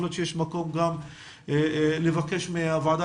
יכול להיות שיש מקום לבקש מהוועדה